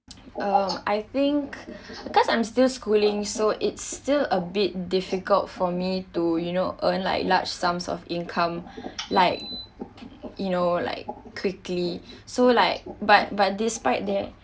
uh I think because I'm still schooling so it's still a bit difficult for me to you know earn like large sums of income like you know like quickly so like but but despite that